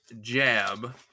jab